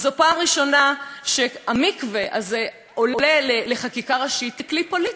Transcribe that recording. וזו פעם ראשונה שהמקווה הזה עולה לחקיקה ראשית ככלי פוליטי,